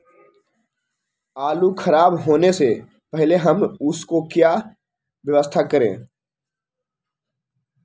आलू खराब होने से पहले हम उसको क्या व्यवस्था करें?